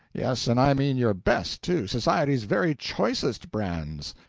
yes, and i mean your best, too, society's very choicest brands.